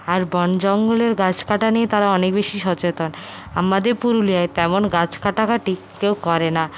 আর বন জঙ্গলের গাছ কাটা নিয়ে তারা অনেক বেশি সচেতন আমাদের পুরুলিয়ায় তেমন গাছ কাটাকাটি কেউ করে না